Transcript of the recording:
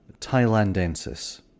Thailandensis